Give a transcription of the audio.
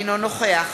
אינו נוכח